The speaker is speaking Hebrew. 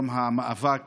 יום המאבק